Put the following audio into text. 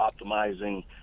optimizing